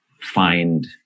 find